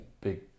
big